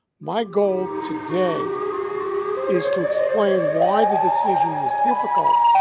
my goal today is to explain why the decision was difficult.